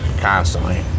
constantly